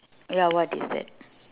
ya what is that